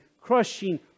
crushing